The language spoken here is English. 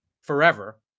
forever